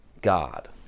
God